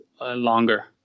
longer